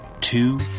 two